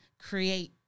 create